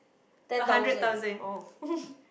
ten thousand orh